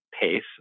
pace